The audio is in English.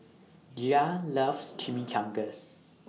Gia loves Chimichangas